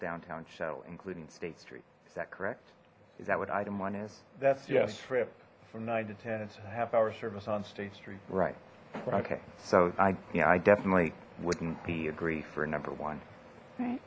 downtown shuttle including state street is that correct is that what item one is that's yes trip from nine to ten it's a half hour service on state street right okay so i yeah i definitely wouldn't be agree for number one right